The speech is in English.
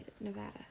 Nevada